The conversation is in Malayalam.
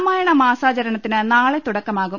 രാമായണ മാസാചരണത്തിന് നാളെ തുടക്കമാകും